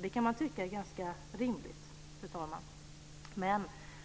Man kan tycka att det är ganska rimligt, fru talman, men